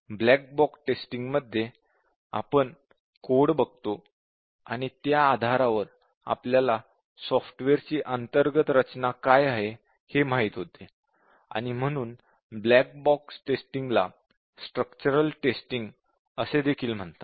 white box testing मध्ये आपण code बघतो आणि त्या आधारावर आपल्याला सॉफ्टवेअरची अंतर्गत रचना काय आहे हे माहित होते आणि म्हणून व्हाईट बॉक्स टेस्टिंगला स्ट्रक्चरल टेस्टिंग असे देखील म्हणतात